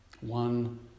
One